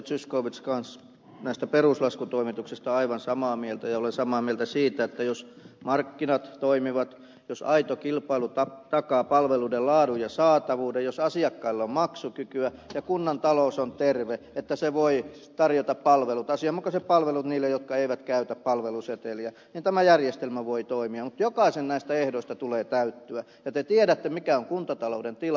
zyskowiczin kanssa näistä peruslaskutoimituksista aivan samaa mieltä ja olen samaa mieltä siitä että jos markkinat toimivat jos aito kilpailu takaa palveluiden laadun ja saatavuuden jos asiakkailla on maksukykyä ja kunnan talous on terve että se voi tarjota asianmukaiset palvelut niille jotka eivät käytä palveluseteliä niin tämä järjestelmä voi toimia mutta jokaisen näistä ehdoista tulee täyttyä ja te tiedätte mikä on kuntatalouden tila